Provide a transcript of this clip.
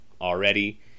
Already